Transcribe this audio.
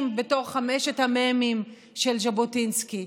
בתור חמשת המ"מים של ז'בוטינסקי.